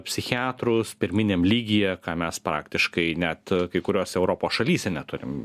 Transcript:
psichiatrus pirminiam lygyje ką mes praktiškai net kai kurios europos šalyse neturim